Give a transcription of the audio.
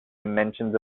dimensions